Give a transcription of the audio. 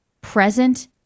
present